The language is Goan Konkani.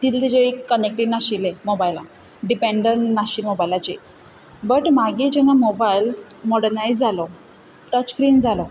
तितल ताजे एक कनॅक्टेड नाशिल्ले मोबायला डिपँडन नाशिल्ले मोबायलाचे बट मागीर जेन्ना मोबायल मोडनायज जालो टच स्क्रीन जालो